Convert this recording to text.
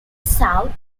south